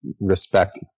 respect